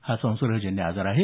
हा संसर्गजन्य आजार आहे